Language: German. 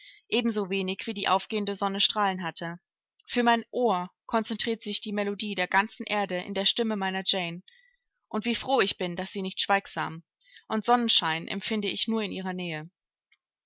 ebensowenig wie die aufgehende sonne strahlen hatte für mein ohr konzentriert sich die melodie der ganzen erde in der stimme meiner jane und wie froh bin ich daß sie nicht schweigsam und sonnenschein empfinde ich nur in ihrer nähe